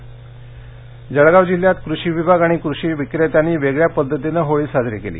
bogus बियाणे जळगाव जिल्ह्यात क्रषी विभाग आणि क्रषी विक्रेत्यांनी वेगळ्या पद्धतीने होळी साजरी केली